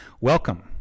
welcome